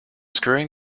screwing